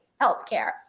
healthcare